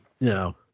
no